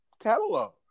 catalog